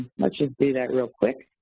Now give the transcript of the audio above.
let's just do that real quick.